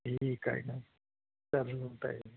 ठीक आहे नाही काय म्हणताय